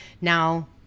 Now